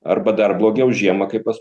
arba dar blogiau žiemą kai pas